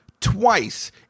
twice